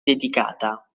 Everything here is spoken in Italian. dedicata